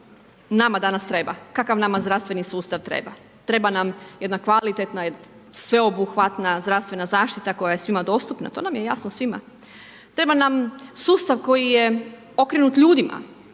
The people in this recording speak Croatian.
nama danas treba, kakav nama zdravstveni sustav treba? Treba nam jedna kvalitetna sveobuhvatna zdravstvena zaštita koja je svima dostupna, to nam je jasno svima. Treba nam sustav koji je okrenut ljudima,